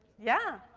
yeah.